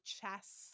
chess